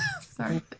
sorry